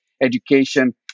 education